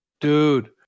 dude